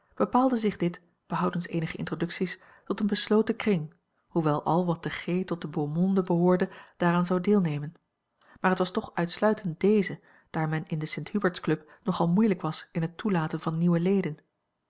bepaalde zich dit behoudens eenige introducties tot een besloten kring hoewel al wat te g tot den beau monde behoorde daaraan zou deelnemen maar het was toch uitsluitend deze daar men in de st huberts club nogal moeilijk was in het toelaten van nieuwe leden